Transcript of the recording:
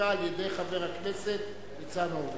שנומקה על-ידי חבר הכנסת ניצן הורוביץ.